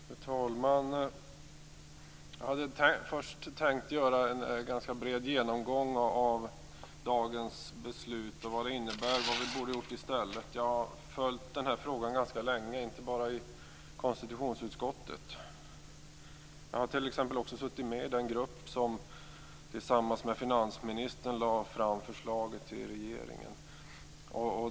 Fru talman! Jag hade först tänkt göra en ganska bred genomgång av vad dagens beslut kommer att innebära och vad vi borde ha gjort i stället. Jag har följt den här frågan ganska länge, inte bara i konstitutionsutskottet. Jag har t.ex. också suttit med i den grupp som tillsammans med finansministern lade fram förslaget till regeringen.